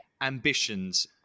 ambitions